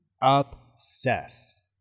Obsessed